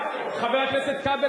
חבר הכנסת כבל,